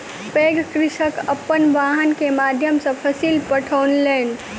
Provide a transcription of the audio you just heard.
पैघ कृषक अपन वाहन के माध्यम सॅ फसिल पठौलैन